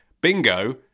Bingo